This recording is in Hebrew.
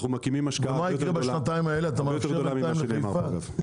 אנחנו מקימים השקעה הרבה יותר גדולה ממה שנאמר פה.